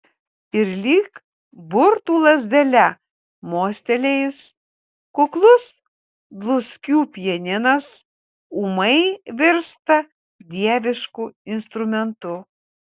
ir lyg burtų lazdele mostelėjus kuklus dluskių pianinas ūmai virsta dievišku instrumentu